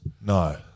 No